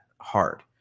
hard